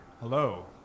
Hello